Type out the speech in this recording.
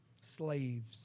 slaves